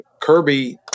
Kirby